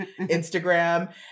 Instagram